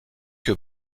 que